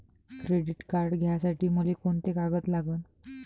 Credit card घ्यासाठी मले कोंते कागद लागन?